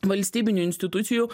valstybinių institucijų